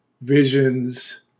visions